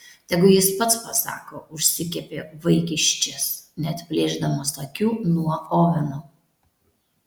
tegu jis pats pasako užsikepė vaikiščias neatplėšdamas akių nuo oveno